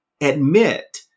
admit